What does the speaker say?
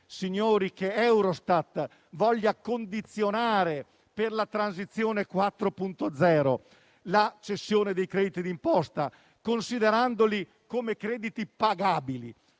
signori, che Eurostat voglia condizionare, per la Transizione 4.0, la cessione dei crediti d'imposta, considerandoli come crediti pagabili.